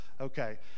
Okay